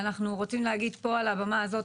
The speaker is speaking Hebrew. ואנחנו רוצים להגיד פה על הבמה הזאת,